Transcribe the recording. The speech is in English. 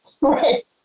Right